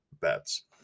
bets